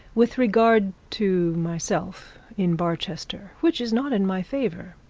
with regard to myself in barchester, which is not in my favour.